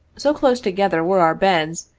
so close together were our beds,